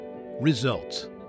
results